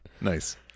Nice